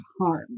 harm